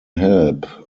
help